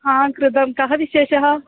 हा कृतं कः विशेषः